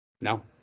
No